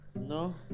no